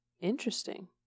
Interesting